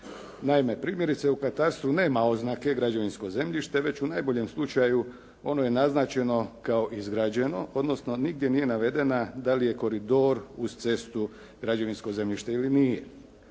Naime, primjerice u Katastru nema oznake građevinsko zemljište, već u najboljem slučaju ono je naznačeno kao izgrađeno, odnosno nigdje nije navedena dali je koridor uz cestu građevinsko zemljište ili nije.